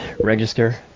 register